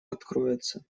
откроется